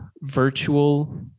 virtual